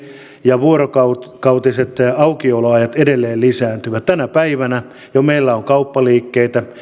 ja vuorokautiset aukioloajat edelleen lisääntyvät tänä päivänä jo meillä on kauppaliikkeitä